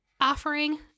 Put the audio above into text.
offering